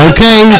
Okay